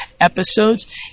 episodes